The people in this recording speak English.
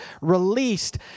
released